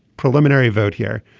preliminary vote here.